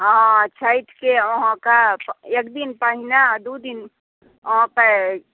हॅं